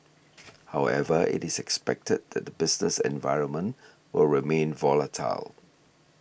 however it is expected that the business environment will remain volatile